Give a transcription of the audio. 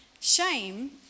Shame